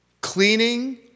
Cleaning